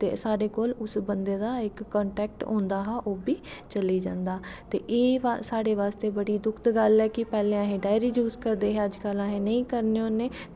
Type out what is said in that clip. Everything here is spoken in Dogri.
ते साढ़े कोल उस बंदा दा इक कंटैक्ट होंदा हा ते लेई जादां एह् साढ़े बास्ते बड़ी दुखद गल्ल ऐ कि पैह्लें ्स डायरी यूज़ करदे हे अज्ज कल अस नेंई करदे